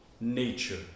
nature